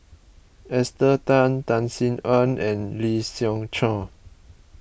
Esther Tan Tan Sin Aun and Lee Siew Choh